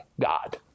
God